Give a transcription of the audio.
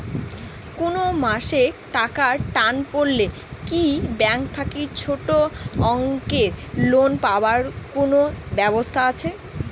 কুনো মাসে টাকার টান পড়লে কি ব্যাংক থাকি ছোটো অঙ্কের লোন পাবার কুনো ব্যাবস্থা আছে?